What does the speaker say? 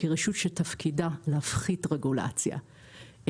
כרשות שתפקידה להפחית רגולציה.